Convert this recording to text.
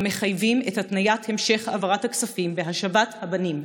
המחייבים את התניית המשך העברת הכספים והשבת הבנים,